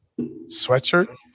sweatshirt